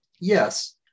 Yes